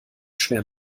schwer